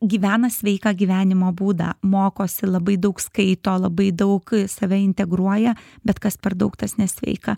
gyvena sveiką gyvenimo būdą mokosi labai daug skaito labai daug save integruoja bet kas per daug tas nesveika